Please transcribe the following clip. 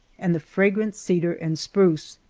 and the fragrant cedar and spruce.